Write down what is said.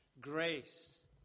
grace